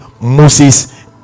Moses